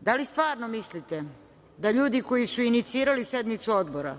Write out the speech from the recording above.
da li stvarno mislite da ljudi koji su inicirali sednicu odbora